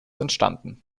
entstanden